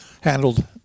Handled